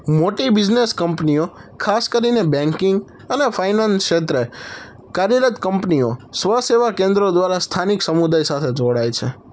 મોટી બિઝનેસ કંપનીઓ ખાસ કરીને બેન્કિંગ અને ફાઇનાન્સ ક્ષેત્રે કાર્યરત કંપનીઓ સ્વ સેવા કેન્દ્રો દ્વારા સ્થાનિક સમુદાય સાથે જોડાય છે